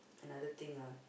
another thing lah